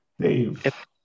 Dave